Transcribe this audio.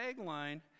tagline